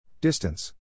Distance